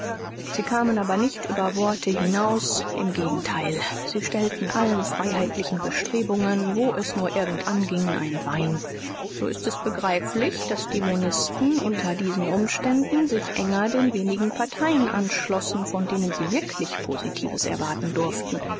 sie kamen aber nicht über worte hinaus im gegenteil sie stellten allen freiheitlichen bestrebungen wo es nur irgend anging ein bein so ist es begreiflich daß die monisten unter diesen umständen sich enger den wenigen parteien anschlossen von denen sie wirklich positives erwarten durften